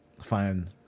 fine